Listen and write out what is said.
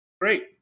great